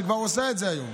שכבר עושה את זה יום,